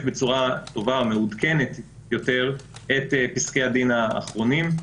בצורה טובה יותר את פסקי הדין האחרונים.